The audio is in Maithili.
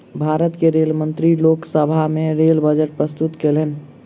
भारत के रेल मंत्री लोक सभा में रेल बजट प्रस्तुत कयलैन